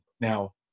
Now